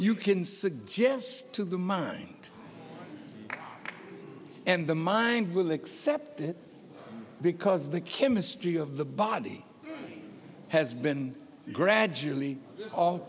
you can suggest to the mind and the mind will accept it because the chemistry of the body has been gradually al